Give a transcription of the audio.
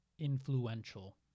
influential